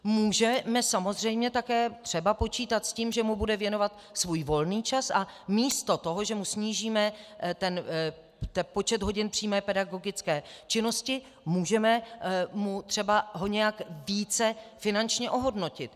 Můžeme samozřejmě také třeba počítat s tím, že mu bude věnovat svůj volný čas, a místo toho, že mu snížíme počet hodin přímé pedagogické činnosti, můžeme ho třeba nějak více finančně ohodnotit.